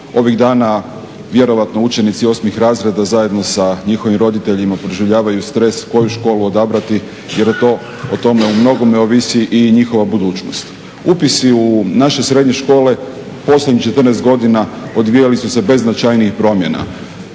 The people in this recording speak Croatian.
Ovih dana vjerojatno učenici osmih razreda zajedno sa njihovim roditeljima proživljavaju stres koju školu odabrati jer je to, o tome umnogome ovisi i njihova budućnost. Upisi u naše srednje škole posljednjih 14 godina odvijali su se bez značajnijih promjena.